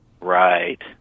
Right